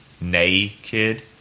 naked